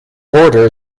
border